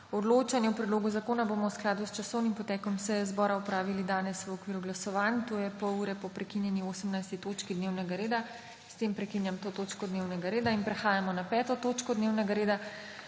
Odločanje o predlogu zakona bomo v skladu s časovnim potekom seje zbora opravili danes v okviru glasovanj, to je pol ure po prekinjeni 18. točki dnevnega reda. S tem prekinjam to točko dnevnega reda. Prehajamo na **5. TOČKO DNEVNEGA REDA,